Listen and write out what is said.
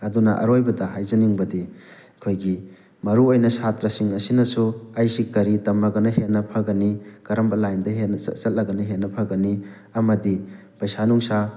ꯑꯗꯨꯅ ꯑꯔꯣꯏꯕꯗ ꯍꯥꯏꯖꯅꯤꯡꯕꯗꯤ ꯑꯩꯈꯣꯏꯒꯤ ꯃꯔꯨ ꯑꯣꯏꯅ ꯁꯥꯇ꯭ꯔꯁꯤꯡ ꯑꯁꯤꯅꯁꯨ ꯑꯩꯁꯤ ꯀꯔꯤ ꯇꯝꯃꯒꯅ ꯍꯦꯟꯅ ꯐꯒꯅꯤ ꯀꯔꯝꯕ ꯂꯥꯏꯟꯗ ꯍꯦꯟꯅ ꯆꯠꯂꯒꯅ ꯍꯦꯟꯅ ꯐꯒꯅꯤ ꯑꯃꯗꯤ ꯄꯩꯁꯥ ꯅꯨꯡꯁꯥ